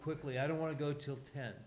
quickly i don't want to go till ten